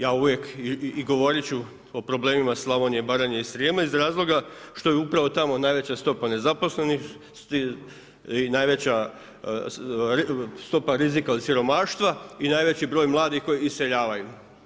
Ja uvijek i govorit ću o problemima Slavonije, Baranje i Srijema iz razloga što je upravo tamo najveća stopa nezaposlenosti i najveća stopa rizika od siromaštva i najveći broj mladih koji iseljavaju.